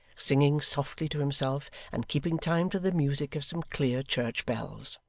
singing softly to himself and keeping time to the music of some clear church bells.